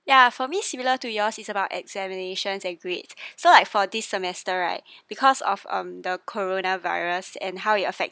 ya for me similar to yours is about examinations and grades so like for this semester right because of um the corona virus and how it affected